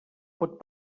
pot